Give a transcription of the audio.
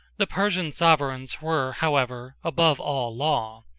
the persian sovereigns were, however, above all law,